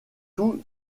tout